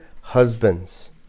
husbands